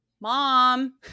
Mom